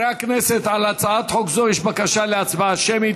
חברי הכנסת, על הצעת חוק זו יש בקשה להצבעה שמית.